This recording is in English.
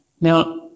Now